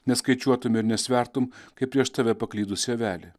neskaičiuotum ir nesvertum kai prieš tave paklydusi avelė